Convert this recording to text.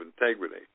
integrity